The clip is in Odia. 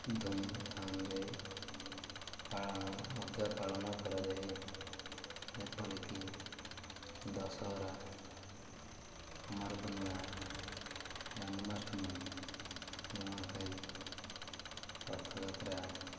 ଧୁମ୍ଧାମ୍ରେ ପାଳନ ମଧ୍ୟ ପାଳନ କରାଯାଏ ଯେପରିକି ଦଶହରା କୁମାରପୂର୍ଣ୍ଣିମା ଜନ୍ମାଷ୍ଟମୀ ନୂଆଖାଇ ରଥଯାତ୍ରା